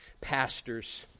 Pastors